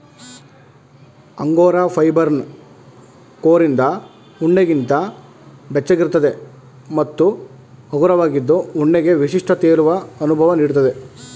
angora ಫೈಬರ್ನ ಕೋರಿಂದ ಉಣ್ಣೆಗಿಂತ ಬೆಚ್ಚಗಿರ್ತದೆ ಮತ್ತು ಹಗುರವಾಗಿದ್ದು ಉಣ್ಣೆಗೆ ವಿಶಿಷ್ಟ ತೇಲುವ ಅನುಭವ ನೀಡ್ತದೆ